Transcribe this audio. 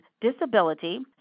disability